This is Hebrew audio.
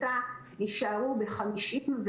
אני יודע שאתם עושים את המקסימום.